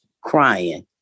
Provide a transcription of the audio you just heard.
crying